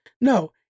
No